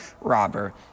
robber